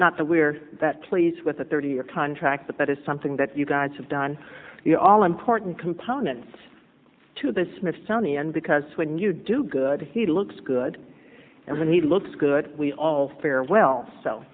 not that we're that pleased with a thirty year contract but that is something that you guys have done the all important components to the smithsonian because when you do good he looks good and when he looks good we all farewell so